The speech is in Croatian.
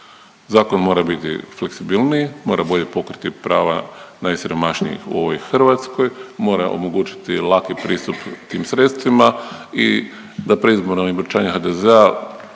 zakon mora biti fleksibilniji, mora bolje pokriti prava najsiromašnijih u ovoj Hrvatskoj, mora omogućiti laki pristup tim sredstvima i da predizborna obećanja HDZ-a